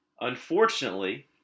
Unfortunately